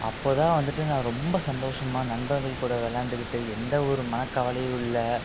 அப்போதான் வந்துவிட்டு நான் ரொம்ப சந்தோஷமாக நண்பர்கள் கூட விளையாண்டுக்கிட்டு எந்த ஒரு மனக்கவலையும் இல்லை